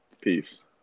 peace